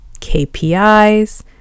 KPIs